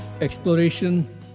exploration